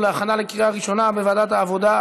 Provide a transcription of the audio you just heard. לוועדת העבודה,